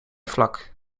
vlak